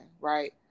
Right